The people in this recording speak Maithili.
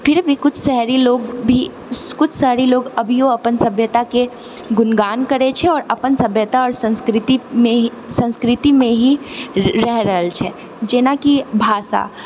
फिर भी कुछ शहरी लोग भी कुछ शहरी लोग अभियो अपन सभ्यताके गुणगान करै छै और अपन सभ्यता और संस्कृतिमे ही संस्कृतिमे ही रहि रहल छै जेना कि भाषा